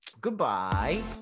goodbye